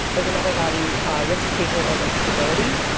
there is another value risk taking over stability.